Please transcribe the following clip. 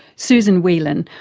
susan whelan,